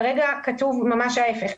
כרגע כתוב ממש ההיפך.